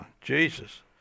Jesus